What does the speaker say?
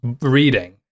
reading